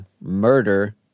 murder